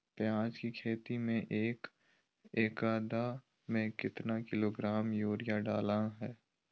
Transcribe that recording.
प्याज की खेती में एक एकद में कितना किलोग्राम यूरिया डालना है?